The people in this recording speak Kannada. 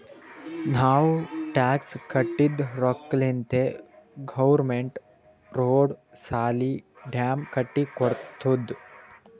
ನಾವ್ ಟ್ಯಾಕ್ಸ್ ಕಟ್ಟಿದ್ ರೊಕ್ಕಾಲಿಂತೆ ಗೌರ್ಮೆಂಟ್ ರೋಡ್, ಸಾಲಿ, ಡ್ಯಾಮ್ ಕಟ್ಟಿ ಕೊಡ್ತುದ್